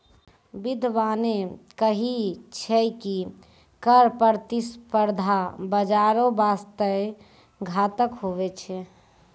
बिद्यबाने कही छै की कर प्रतिस्पर्धा बाजारो बासते घातक हुवै छै